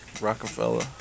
Rockefeller